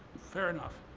fair enough.